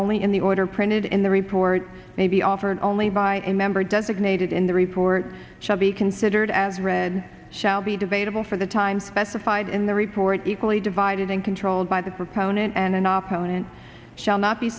only in the order printed in the report may be offered only by a member designated in the report shall be considered as read shall be debatable for the time specified in the report equally divided and controlled by the proponent and an opulent shall not be